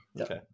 Okay